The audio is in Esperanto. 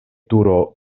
turo